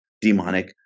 demonic